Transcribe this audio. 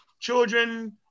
Children